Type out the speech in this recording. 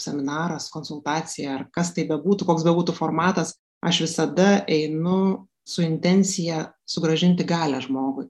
seminaras konsultacija ar kas tai bebūtų koks bebūtų formatas aš visada einu su intencija sugrąžinti galią žmogui